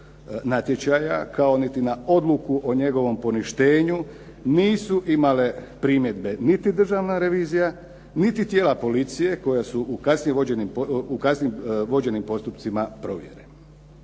natječaja, kao niti na odluku o njegovom poništenju nisu imale primjedbe niti državna revizija, niti tijela policije koja su u kasnije vođenim postupcima provjereni.